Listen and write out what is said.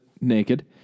naked